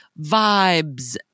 vibes